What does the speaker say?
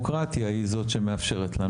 הדמוקרטיה היא זאת שמאפשרת לנו להיות כאן.